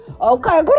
Okay